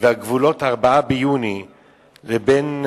על גבולות, בין ה-4 ביוני לבין,